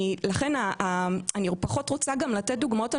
לכן אני פחות רוצה לתת דוגמאות על